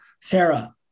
Sarah